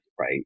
right